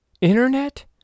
Internet